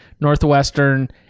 Northwestern